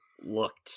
looked